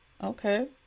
Okay